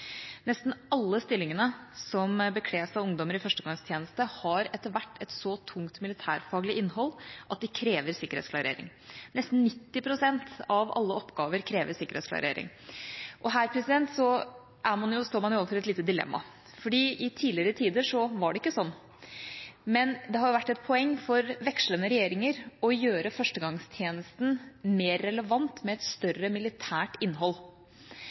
Nesten alle stillinger som bekles av ungdommer i førstegangstjeneste, har etter hvert et så tungt militærfaglig innhold at det krever sikkerhetsklarering. Nesten 90 pst. av alle oppgaver krever sikkerhetsklarering. Her står man overfor et lite dilemma. I tidligere tider var det ikke slik, men det har vært et poeng for vekslende regjeringer å gjøre førstegangstjenesten mer relevant, med et større militært innhold.